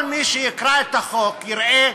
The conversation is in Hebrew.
כל מי שיקרא את החוק יראה: